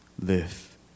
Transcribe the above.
Live